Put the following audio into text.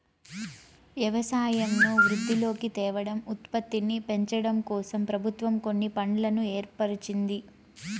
వ్యవసాయంను వృద్ధిలోకి తేవడం, ఉత్పత్తిని పెంచడంకోసం ప్రభుత్వం కొన్ని ఫండ్లను ఏర్పరిచింది